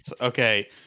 Okay